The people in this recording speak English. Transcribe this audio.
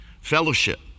fellowship